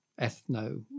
ethno